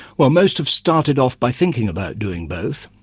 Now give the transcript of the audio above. well most have started off by thinking about doing both,